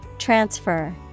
Transfer